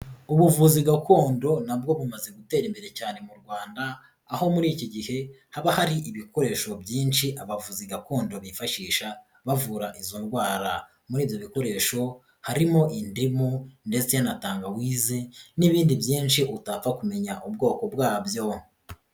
Ubuvuzi gakondo na bwo bumaze gutera imbere cyane mu Rwanda, aho muri iki gihe haba hari ibikoresho byinshi abavuzi gakondo bifashisha bavura izo ndwara. Muri ibyo bikoresho harimo in indimu ndetse na tangawize n'ibindi byinshi utapfa kumenya ubwoko bwabyo.